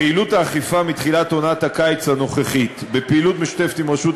פעילות האכיפה מתחילת עונת הקיץ הנוכחית: בפעילות משותפת עם רשות